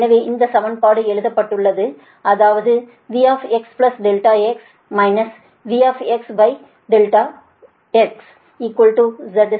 எனவே இந்த சமன்பாடு எழுதப்பட்டுள்ளது அதாவது Vx∆x V∆x z∆x